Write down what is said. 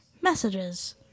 messages